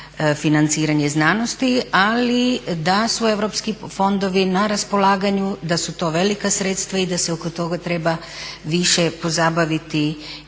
financiranje znanosti, ali da su europski fondovi na raspolaganju, da su to velika sredstva i da se oko toga treba više pozabaviti